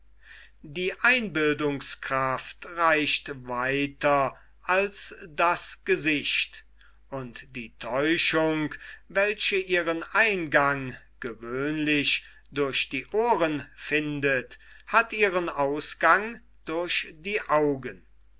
die einbildungskraft reicht weiter als das gesicht und die täuschung welche ihren eingang gewöhnlich durch die ohren findet hat ihren ausgang durch die augen